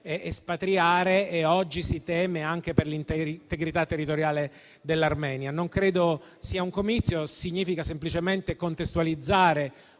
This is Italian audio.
espatriare e oggi si teme anche per l'integrità territoriale dell'Armenia. Non credo sia un comizio, ma significa semplicemente contestualizzare